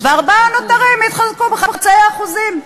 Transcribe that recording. והארבעה הנותרים יתחלקו בחצאי אחוזים,